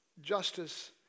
justice